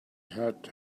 had